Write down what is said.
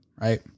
right